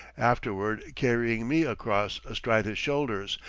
afterward carrying me across astride his shoulders,